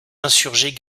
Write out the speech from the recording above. insurgés